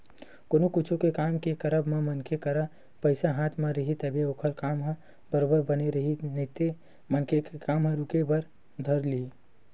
कोनो कुछु के काम के करब म मनखे करा पइसा हाथ म रइही तभे ओखर काम ह बरोबर बने रइही नइते मनखे के काम ह रुके बर धर लिही